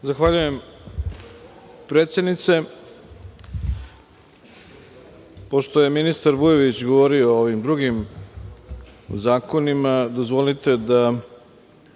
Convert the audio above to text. Zahvaljujem predsednice. Pošto je ministar Vujović govorio o ovim drugim zakonima, dozvolite da